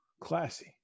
classy